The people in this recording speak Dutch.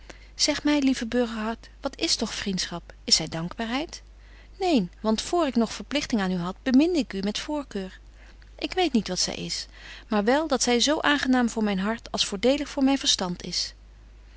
sara burgerhart wat is toch vriendschap is zy dankbaarheid neen want vr ik nog verpligting aan u had beminde ik u met voorkeur ik weet niet wat zy is maar wel dat zy zo aangenaam voor myn hart als voordelig voor myn verstand is